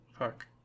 Fuck